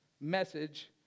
message